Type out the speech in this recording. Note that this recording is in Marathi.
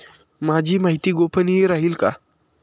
माझी माहिती गोपनीय राहील का?